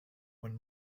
when